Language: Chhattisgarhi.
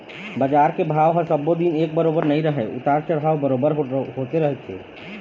बजार के भाव ह सब्बो दिन एक बरोबर नइ रहय उतार चढ़ाव बरोबर होते रहिथे